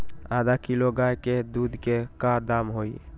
आधा किलो गाय के दूध के का दाम होई?